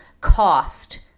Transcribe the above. cost